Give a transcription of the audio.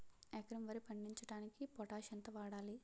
ఎకరం వరి పండించటానికి పొటాష్ ఎంత వాడాలి?